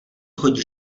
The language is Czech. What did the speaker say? chodíš